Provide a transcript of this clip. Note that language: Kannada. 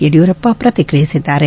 ಯಡಿಯೂರಪ್ಪ ಪ್ರತಿಕ್ರಿಯಿಸಿದ್ದಾರೆ